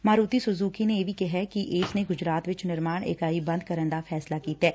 Maruti Suzuki ਨੇ ਇਹ ਵੀ ਕਿਹੈ ਕਿ ਇਸ ਨੇ ਗੁਜਰਾਤ ਵਿਚ ਨਿਰਮਾਣ ਇਕਾਈ ਬੰਦ ਕਰਨ ਦਾ ਵੀ ਫੈਸਲਾ ਕੀਤਾ ਐ